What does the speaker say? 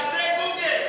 תעשה גוגל.